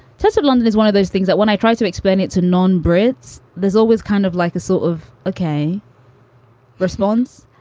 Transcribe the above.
tessa, london is one of those things that when i tried to explain it to non brits, there's always kind of like a sort of okay response,